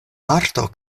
marto